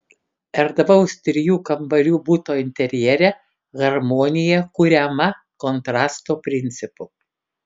erdvaus trijų kambarių buto interjere harmonija kuriama kontrasto principu